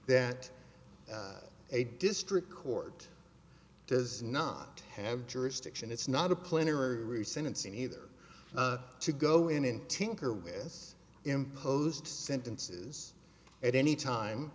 that a district court does not have jurisdiction it's not a plan or a sentencing either to go in and tinker with s imposed sentences at any time